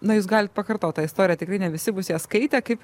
na jūs galit pakartot tą istoriją tikrai ne visi bus ją skaitę kaip